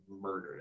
murdered